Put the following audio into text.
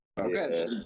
Okay